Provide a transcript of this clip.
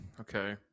okay